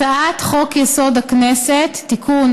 הצעת חוק-יסוד: הכנסת (תיקון,